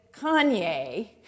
Kanye